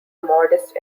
modest